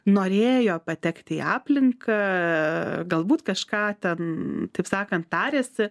norėjo patekt į aplinką galbūt kažką ten taip sakant tarėsi